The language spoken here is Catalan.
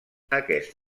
aquest